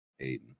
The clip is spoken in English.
aiden